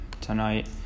tonight